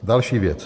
Další věc: